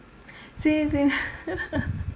same same